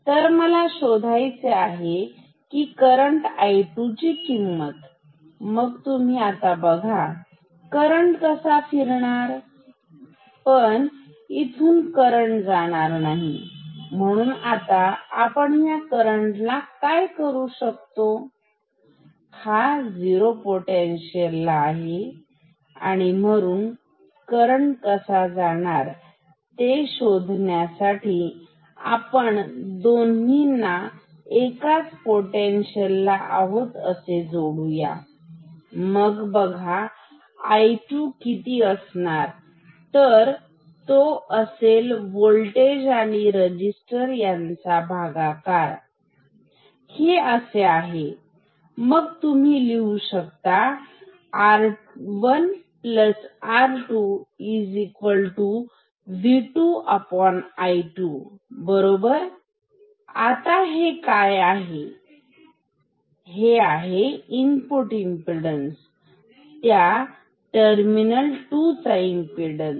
तर मला शोधायचे आहे करंट I2 ची किंमत मग तुम्ही आता बघा करंट कसा फिरणार पण इथून करंट जाणार नाही म्हणून आता आपण ह्या करंट काय करू शकतो हा आहे झिरो पोटेन्शिअल ला हा ही जिरो पोटेन्शियल म्हणून करंट कसा जाणार मग तो किती तुम्ही असे जोडू शकता बरोबर इथून करत जाणार नाही हे दोन्ही एकाच पोटेन्शियल ला आहेत मग असे जोडा मग बघा I2 किती असणार होल्टेज आणि रजिस्टर चा भागाकार बरोबर हे असे आहे मग तुम्ही लिहू शकता R 1 R 2 V 2 I 2 बरोबरआता हे काय हे आहे इनपुट इमपीडन्स त्या टर्मिनल 2 चा इमपीडन्स